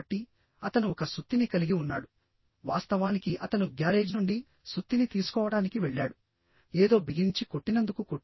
కాబట్టి అతను ఒక సుత్తిని కలిగి ఉన్నాడు వాస్తవానికి అతను గ్యారేజ్ నుండి సుత్తిని తీసుకోవడానికి వెళ్ళాడు ఏదో బిగించి కొట్టినందుకు